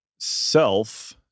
self